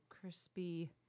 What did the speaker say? crispy